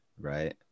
right